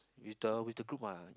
with the with the group mah